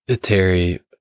Terry